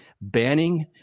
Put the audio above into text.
banning